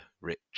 Rich